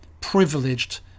privileged